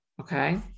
Okay